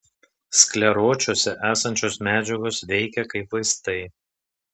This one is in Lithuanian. skleročiuose esančios medžiagos veikia kaip vaistai